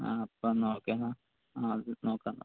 ആ ആണൊ അപ്പോൾ എന്നാൽ ഓക്കെയെന്നാൽ ആ അത് നോക്കാം